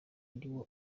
ariwe